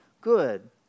good